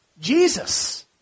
Jesus